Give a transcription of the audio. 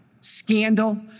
Scandal